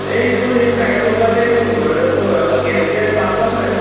এইটো এই চাইকেলত লগোৱা যে এইটো এইটো গেছ দিয়া পামটো আছে নাই